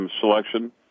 selection